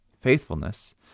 faithfulness